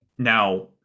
now